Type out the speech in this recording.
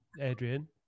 Adrian